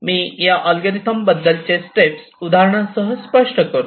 मी या अल्गोरिदम बद्दल स्टेप उदाहरणासह स्पष्ट करतो